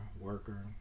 worker